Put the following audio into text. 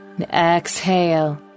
Exhale